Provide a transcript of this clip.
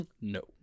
No